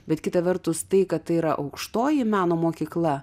bet kita vertus tai kad tai yra aukštoji meno mokykla